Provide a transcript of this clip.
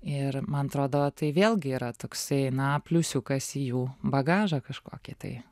ir man atrodo tai vėlgi yra toksai na pliusiukas į jų bagažą kažkokį tai